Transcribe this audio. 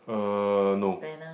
uh no